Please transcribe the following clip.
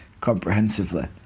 comprehensively